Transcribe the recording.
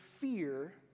fear